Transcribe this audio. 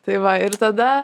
tai va ir tada